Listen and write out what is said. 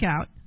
out